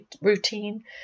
routine